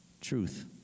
truth